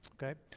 okay?